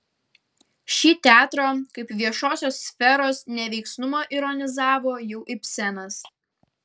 šį teatro kaip viešosios sferos neveiksnumą ironizavo jau ibsenas